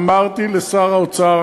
אמרתי לשר האוצר,